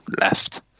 left